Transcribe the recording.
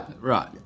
Right